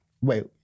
wait